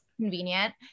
convenient